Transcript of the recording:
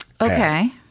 Okay